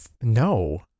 no